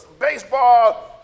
baseball